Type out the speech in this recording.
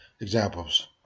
examples